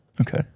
Okay